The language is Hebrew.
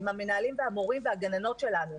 עם המנהלים והמורים והגננות שלנו,